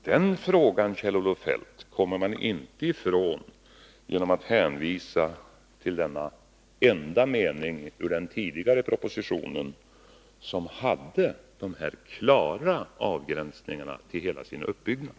Den frågan, Kjell-Olof Feldt, kommer man inte ifrån genom att hänvisa till denna enda mening i den tidigare propositionen, som hade de här klara avgränsningarna i hela sin uppbyggnad.